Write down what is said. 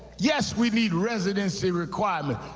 yes, we need residency requirement.